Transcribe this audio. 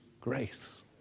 grace